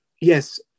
yes